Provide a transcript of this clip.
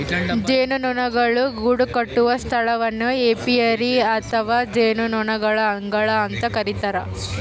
ಜೇನುನೊಣಗಳು ಗೂಡುಕಟ್ಟುವ ಸ್ಥಳವನ್ನು ಏಪಿಯರಿ ಅಥವಾ ಜೇನುನೊಣಗಳ ಅಂಗಳ ಅಂತ ಕರಿತಾರ